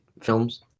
films